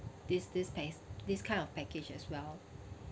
this this pa~ this kind of package as well